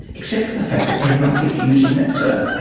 except for the fact that everyone keeps using that term.